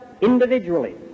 individually